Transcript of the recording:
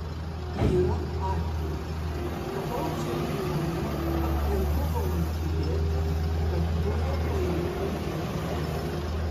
yra atvejų tapau čempionu ir buvo nutylėta kad buvo paimti mėginiai